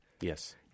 Yes